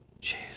Jesus